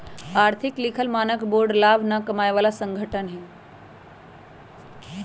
आर्थिक लिखल मानक बोर्ड लाभ न कमाय बला संगठन हइ